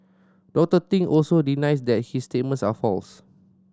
Doctor Ting also denies that his statements are false